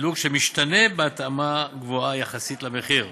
התדלוק שמשתנה בהתאמה גבוהה יחסית למחיר.